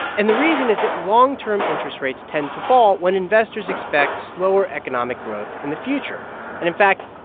and the reason is that long-term interest rates tend to fall when investors expect slower economic growth in the future and, in fact,